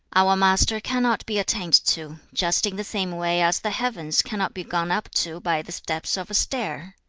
our master cannot be attained to, just in the same way as the heavens cannot be gone up to by the steps of a stair.